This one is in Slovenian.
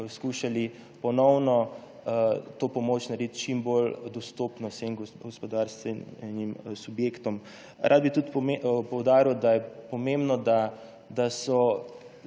skušali ponovno to pomoč narediti čim bolj dostopno vsem gospodarskim subjektom. Rad bi tudi poudaril, da je pomembno, da je